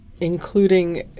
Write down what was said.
including –